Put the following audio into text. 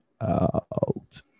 out